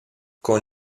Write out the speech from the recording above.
con